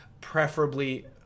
Preferably